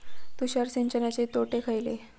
तुषार सिंचनाचे तोटे खयले?